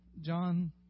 John